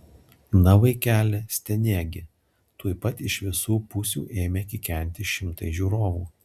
na vaikeli stenėk gi tuoj pat iš visų pusių ėmė kikenti šimtai žiūrovų